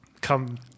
come